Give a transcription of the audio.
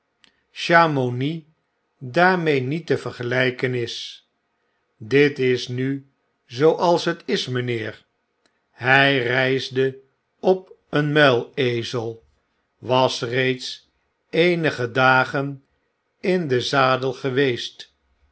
chamouni daarmee niet te vergelyken is dit is nu zooals het is mijnheer hy reisde op een muilezel was reeds eenige dagen in den zadel geweest